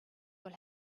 will